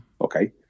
Okay